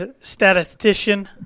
statistician